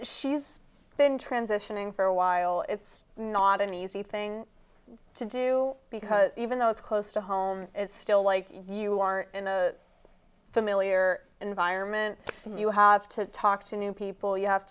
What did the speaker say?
she's been transitioning for a while it's not an easy thing to do because even though it's close to home it's still like you are in a familiar environment and you have to talk to new people you have